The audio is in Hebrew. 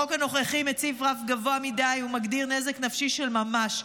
החוק הנוכחי מציב רף גבוה מדי ומגדיר נזק נפשי של ממש,